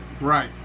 Right